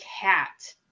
cat